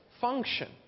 function